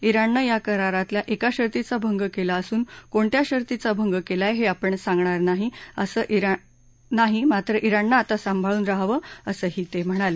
िगणनं या करारातल्या एका शर्तींचा भंग केला असून कोणत्या शर्तींचा भंग केलाय हे आपण सांगणार नाही मात्र ्राणनं आता सांभाळून राहावं असंही ते म्हणाले